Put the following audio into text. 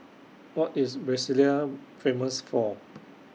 What IS Brasilia Famous For